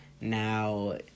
now